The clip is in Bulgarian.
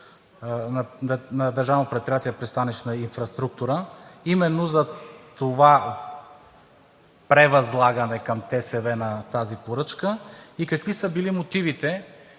именно за това превъзлагане към ТСВ на тази поръчка и какви са били мотивите,